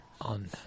On